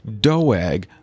doeg